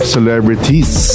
Celebrities